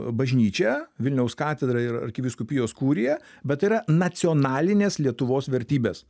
bažnyčia vilniaus katedra ir arkivyskupijos kurija bet tai yra nacionalinės lietuvos vertybės